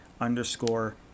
underscore